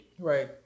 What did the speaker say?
Right